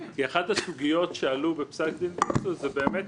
כי אחת הסוגיות שעלו בפסק דין ויצו זה באמת